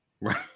Right